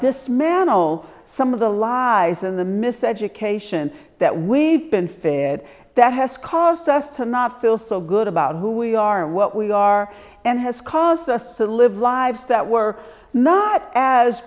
dismantle some of the lies and the miseducation that we've been fed that has caused us to not feel so good about who we are and what we are and has caused us to live lives that were not as